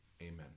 Amen